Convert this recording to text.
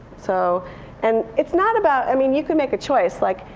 so and it's not about i mean, you can make a choice. like,